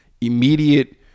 Immediate